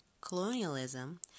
colonialism